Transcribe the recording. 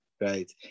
Right